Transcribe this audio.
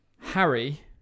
Harry